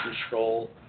control